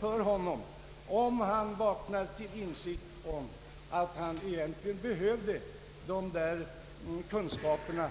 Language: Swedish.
När en sådan ungdom vaknar till insikt om att han egentligen behövde de där kunskaperna